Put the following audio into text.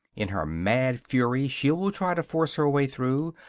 in her mad fury, she will try to force her way through,